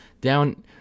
down